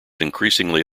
increasingly